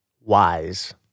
wise